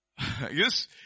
Yes